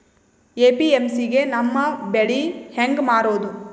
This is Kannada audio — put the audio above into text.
ಎ.ಪಿ.ಎಮ್.ಸಿ ಗೆ ನಮ್ಮ ಬೆಳಿ ಹೆಂಗ ಮಾರೊದ?